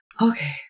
Okay